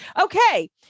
Okay